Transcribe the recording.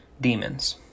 demons